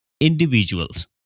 individuals